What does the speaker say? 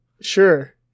Sure